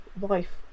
wife